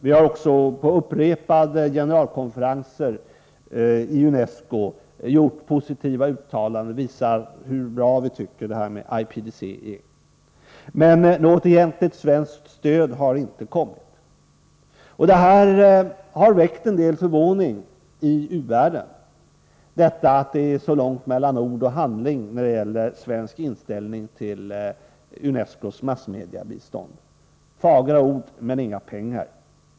Vi har också på upprepade generalkonferenser i UNESCO gjort positiva uttalanden, visat hur bra vi tycker att det här med IPDC är. Men något egentligt svenskt stöd har inte kommit. Det har väckt en del förvåning i u-världen att det är så långt mellan ord och handling när det gäller svensk inställning till UNESCO:s massmediebistånd — fagra ord men inga pengar.